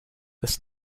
this